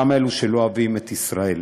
גם אלו שלא אוהבים את ישראל.